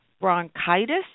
bronchitis